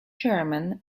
german